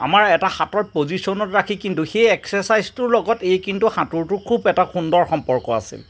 আমাৰ এটা হাতৰ পজিশ্যনত ৰাখি কিন্তু সেই এক্সেৰচাইজটোৰ লগত এই কিন্তু সাঁতোৰটো খুব এটা সুন্দৰ সম্পৰ্ক আছিল